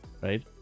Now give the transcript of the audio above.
Right